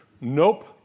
Nope